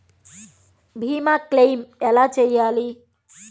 భీమ క్లెయిం ఎలా చేయాలి?